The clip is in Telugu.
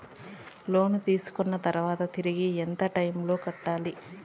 లోను తీసుకున్న తర్వాత తిరిగి ఎంత టైములో కట్టాలి